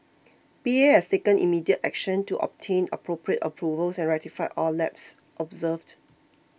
P A has taken immediate action to obtain appropriate approvals and rectify all lapses observed